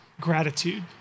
gratitude